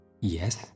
Yes